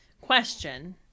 Question